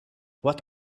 what